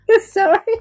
Sorry